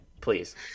please